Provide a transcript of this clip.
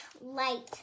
light